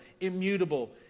immutable